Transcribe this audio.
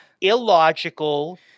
illogical